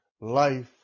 life